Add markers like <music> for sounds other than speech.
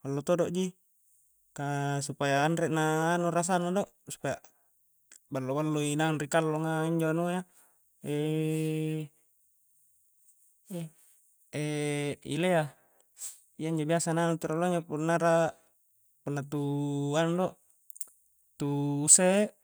ballo todo ji kaa supaya anre na anu rasanna do supaya ballo-ballo i naung ri kallonga injo anua <hesitation> <hesitation> ilea iyanjo biasa na anu tu rioloa injo punna ara' punna tuu anu do tuuu se'.